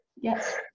yes